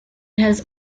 has